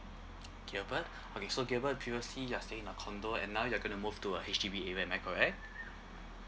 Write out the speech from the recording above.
gilbert okay so gilbert previously you're staying in a condo and now you're gonna move to a H_D_B area am I correct